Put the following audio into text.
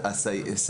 חושב